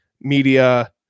media